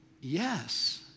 Yes